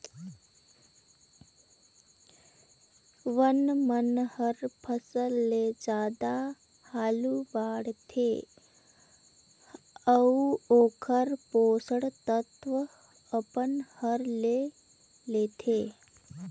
बन मन हर फसल ले जादा हालू बाड़थे अउ ओखर पोषण तत्व अपन हर ले लेथे